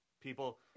people